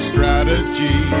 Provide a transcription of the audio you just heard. Strategy